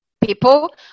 people